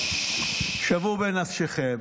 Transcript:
שוו בנפשכם